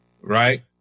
right